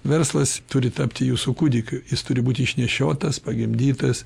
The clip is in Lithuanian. verslas turi tapti jūsų kūdikiu jis turi būti išnešiotas pagimdytas